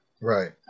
Right